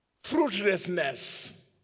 fruitlessness